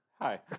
Hi